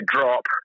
drop